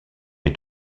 est